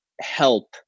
help